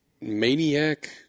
maniac